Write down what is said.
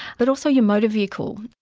but also your motor vehicle.